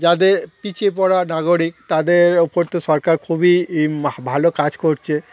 যাদের পিছিয়ে পড়া নাগরিক তাদের ওপর তো সরকার খুবই ভালো কাজ করছে